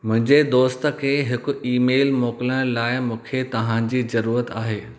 मुंहिंजे दोस्त खे हिकु ई मेल मोकिलणु लाइ मूंखे तव्हां जी ज़रूरत आहे